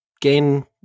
gain